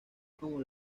como